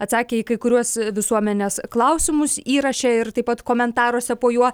atsakė į kai kuriuos visuomenės klausimus įraše ir taip pat komentaruose po juo